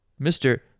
Mr